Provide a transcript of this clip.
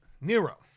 Nero